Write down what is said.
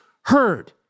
heard